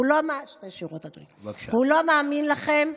הוא לא מאמין לכם,